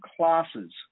classes